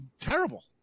terrible